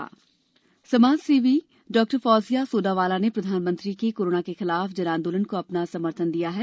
जन आंदोलन समाजसेवी डाक्टर फोजिया सोडावाला ने प्रधानमंत्री के कोरोना के खिलाफ जनआंदोलन को अपना समर्थन दिया है